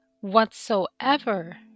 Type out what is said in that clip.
whatsoever